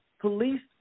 police